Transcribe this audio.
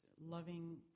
loving